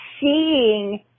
seeing